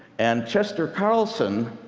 and chester carlson,